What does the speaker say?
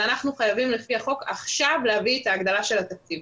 ואנחנו חייבים לפי החוק עכשיו להביא את ההגדלה של התקציב.